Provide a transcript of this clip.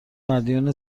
مدیون